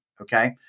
okay